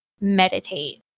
meditate